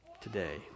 today